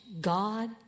God